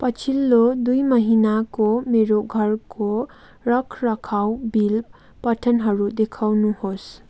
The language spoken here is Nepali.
पछिल्लो दुई महिनाको मेरो घरको रखरखाउ बिल पठनहरू देखाउनुहोस्